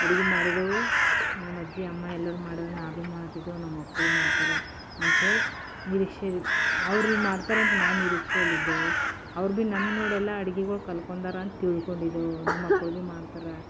ಅಡುಗೆ ಮಾಡಿದ್ದೆವು ನಮ್ಮಜ್ಜಿ ಅಮ್ಮ ಎಲ್ಲರೂ ಮಾಡಿದ್ರೆ ನಾವೇ ಮಾಡ್ತಿದ್ದೆವು ನಮ್ಮ ಮಕ್ಕಳು ಮಾಡ್ತಾರೆ ಅಂಥೇಳಿ ನಿರೀಕ್ಷೆಲಿ ಅವ್ರು ಮಾಡ್ತರಂತ್ ನಾ ನಿರೀಕ್ಷೆಲಿದ್ದೆವು ಅವ್ರು ಭೀ ನಮ್ಮನ್ನ ನೋಡಿ ಎಲ್ಲ ಅಡುಗೆವು ಕಲಿತ್ಕೊಂಡಾರ ತಿಳ್ಕೊಂಡಿದ್ದೆವು ನಮ್ಮ ಮಕ್ಕಳೂ ಮಾಡ್ತರೆ